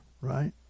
Right